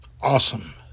awesome